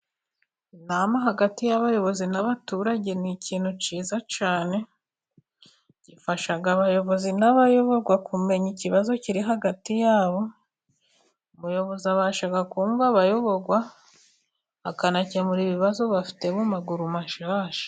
Inamo hagati y'abayobozi n'abaturage ni ikintu cyiza cyane, ifasha abayobozi n'abayoborwa kumenya ikibazo kiri hagati yabo, umuyobozi abasha kumva abayoborwa, akanakemura ibibazo bafite mu maguru mashya.